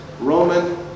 Roman